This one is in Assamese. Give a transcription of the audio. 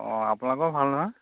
অঁ আপোনালোকৰ ভাল নহয়